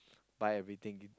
buy everything